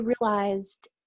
realized